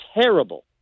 terrible